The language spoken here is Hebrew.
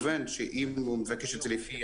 לקבל את